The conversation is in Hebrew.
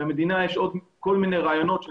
למדינה יש עוד כל מיני רעיונות בנוגע